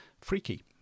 freaky